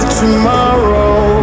tomorrow